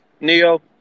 Neo